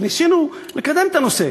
וניסינו לקדם את הנושא.